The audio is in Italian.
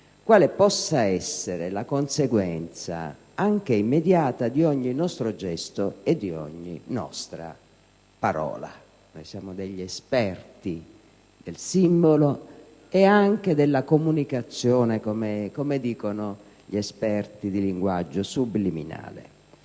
quale possa essere la conseguenza anche immediata di ogni nostro gesto e di ogni nostra parola. Siamo degli esperti del simbolo e anche della comunicazione, come dicono gli esperti di linguaggio subliminale.